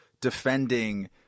defending